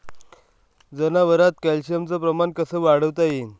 जनावरात कॅल्शियमचं प्रमान कस वाढवता येईन?